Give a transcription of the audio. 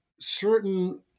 certain